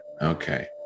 Okay